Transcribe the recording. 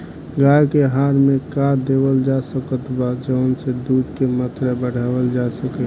गाय के आहार मे का देवल जा सकत बा जवन से दूध के मात्रा बढ़ावल जा सके?